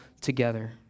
together